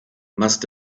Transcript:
must